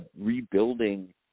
rebuilding